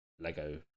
Lego